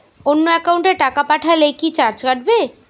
অন্য একাউন্টে টাকা পাঠালে কি চার্জ কাটবে?